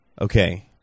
okay